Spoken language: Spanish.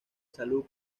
salud